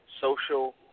social